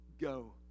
go